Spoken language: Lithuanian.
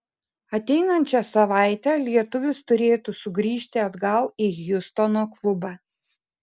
ateinančią savaitę lietuvis turėtų sugrįžti atgal į hjustono klubą